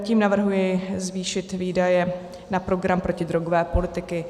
Tím navrhuji zvýšit výdaje na program protidrogové politiky.